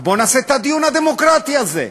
אז בואו נעשה את הדיון הדמוקרטי הזה.